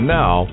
now